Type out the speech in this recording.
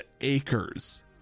acres